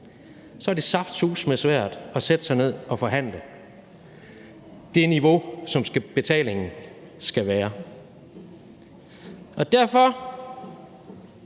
er det saftsuseme svært at sætte sig ned og forhandle det niveau, som betalingen skal være på.